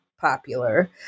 popular